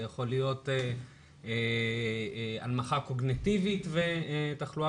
זה יכול להיות הנמכה קוגניטיבית ותחלואה